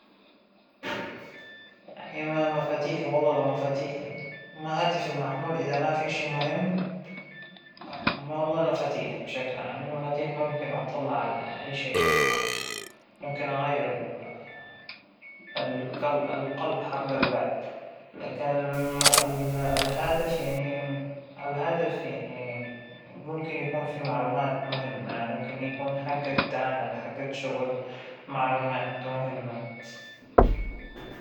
ما بختار أفقد لا هاتفى ولا مفاتيحى، هذا معناه أصلاً إنى شخص مو مركز مو مصحصح لحاله، كيف أضيع مفاتيحى ل أضيع الجوال تبعى، لا هذا ولا هذا طبعاً ، اش بس خلينا نحكى أن أضعف الإيمان يوم أضيع شى، أعتقد أن المفاتيح سهل بسيط ان أحنا نرجعها، لكن الجوال والمعلومات اللى على الجوال صعبة والله.